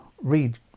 read